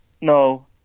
No